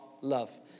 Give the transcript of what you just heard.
love